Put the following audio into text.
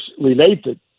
related